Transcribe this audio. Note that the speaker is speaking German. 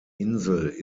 insel